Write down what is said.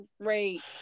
great